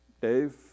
Dave